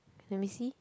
let me see